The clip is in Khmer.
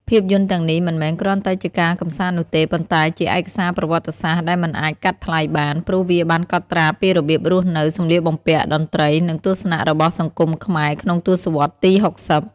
ភាពយន្តទាំងនេះមិនមែនគ្រាន់តែជាការកម្សាន្តនោះទេ ប៉ុន្តែជាឯកសារប្រវត្តិសាស្ត្រដែលមិនអាចកាត់ថ្លៃបាន ព្រោះវាបានកត់ត្រាពីរបៀបរស់នៅ សម្លៀកបំពាក់ តន្ត្រី និងទស្សនៈរបស់សង្គមខ្មែរក្នុងទសវត្សរ៍ទី៦០។